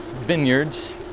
Vineyards